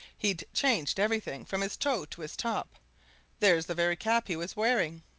he'd changed everything from his toe to his top there's the very cap he was wearing.